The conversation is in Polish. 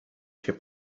się